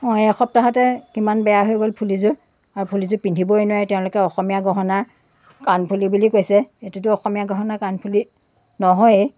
অঁ এই এসপ্তাহতে কিমান বেয়া হৈ গ'ল ফুলিযোৰ আৰু ফুলিযোৰ পিন্ধিবই নোৱাৰি তেওঁলোকে অসমীয়া গহণা কাণফুলি বুলি কৈছে এইটোতো অসমীয়া গহণা কাণফুলি নহয়েই